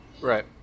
Right